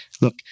look